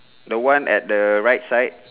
the one at the right side